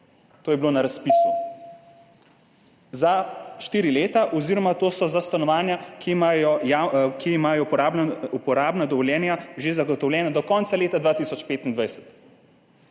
to je bilo na razpisu, za štiri leta oziroma to je za stanovanja, ki imajo uporabna dovoljenja že zagotovljena do konca leta 2025.